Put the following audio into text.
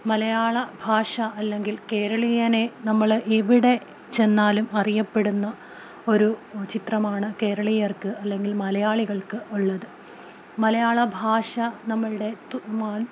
മലയാളഭാഷ അല്ലെങ്കിൽ കേരളീയനെ നമ്മള് എവിടെച്ചെന്നാലും അറിയപ്പെടുന്ന ഒരു ചിത്രമാണ് കേരളീയർക്ക് അല്ലെങ്കിൽ മലയാളികൾക്കുള്ളത് മലയാളഭാഷ നമ്മുടെ